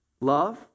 Love